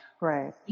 Right